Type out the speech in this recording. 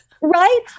Right